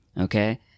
okay